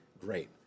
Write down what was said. Great